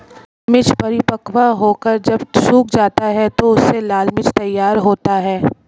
मिर्च परिपक्व होकर जब सूख जाता है तो उससे लाल मिर्च तैयार होता है